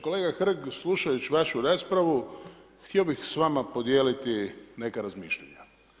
Kolega Hrg, slušajući vašu raspravu htio bih s vama podijeliti neka razmišljanja.